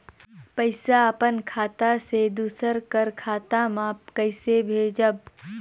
पइसा अपन खाता से दूसर कर खाता म कइसे भेजब?